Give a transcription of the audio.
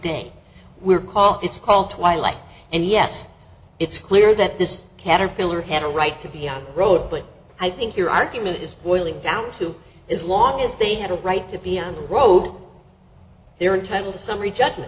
day we're called it's called twilight and yes it's clear that this caterpillar had a right to be on the road but i think your argument is boiling down to as long as they have a right to be on the road they are entitled to summary judgement